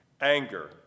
Anger